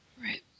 Right